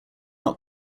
not